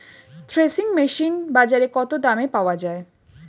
Threshing machine বাজারে কত দামে পাওয়া যায়?